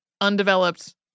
undeveloped